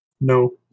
No